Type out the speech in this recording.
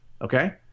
Okay